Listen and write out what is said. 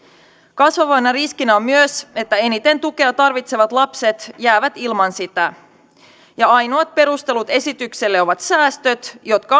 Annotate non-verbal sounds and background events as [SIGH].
kasvavana riskinä on myös että eniten tukea tarvitsevat lapset jäävät ilman sitä ja ainoat perustelut esitykselle ovat säästöt jotka [UNINTELLIGIBLE]